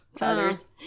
others